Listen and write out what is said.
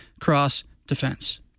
cross-defense